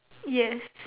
yes